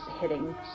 hitting